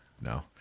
No